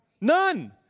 None